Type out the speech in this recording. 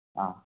ಹಾಂ